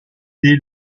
dès